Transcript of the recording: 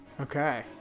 Okay